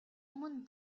өмнө